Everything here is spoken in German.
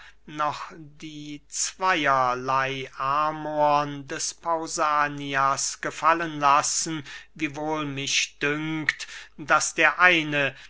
noch die zweyerley amorn des pausanias gefallen lassen wiewohl mich dünkt daß der eine